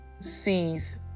sees